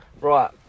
Right